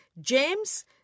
James